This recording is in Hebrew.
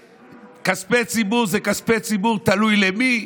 וכספי ציבור זה כספי ציבור, תלוי למי.